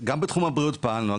גם בתחום הבריאות פעלנו,